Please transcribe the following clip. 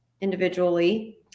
individually